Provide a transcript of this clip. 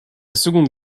seconde